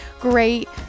great